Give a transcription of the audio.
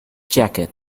jacket